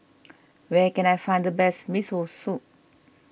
where can I find the best Miso Soup